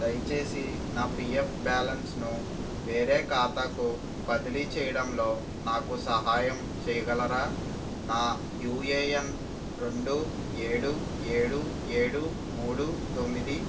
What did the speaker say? దయచేసి నా P F బ్యాలెన్స్ను వేరే ఖాతాకు బదిలీ చేయడంలో నాకు సహాయం చేయగలరా నా యూ ఏ ఎన్ రెండు ఏడు ఏడు ఏడు మూడు తొమ్మిది